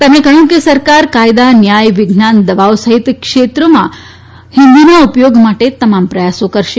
તેમક્રો કહ્યું કે સરકાર કાયદા ન્યાય વિજ્ઞાન દવાઓ સહિત દરેક ક્ષેત્રમાં હિન્દીના ઉપયોગ માટે તમામ પ્રયાસો કરશે